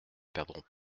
perdront